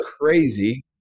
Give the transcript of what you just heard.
crazy